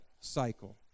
cycle